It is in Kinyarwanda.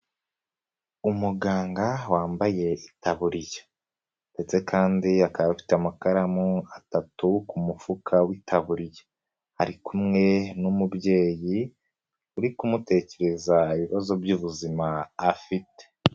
Umuganga wambaye itaburiya ndetse kandi akaba afite amakaramu atatu ku mufuka w'itaburiya. Ari kumwe n'umubyeyi uri kumutekereza ibibazo by'ubuzima afite.